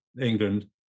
England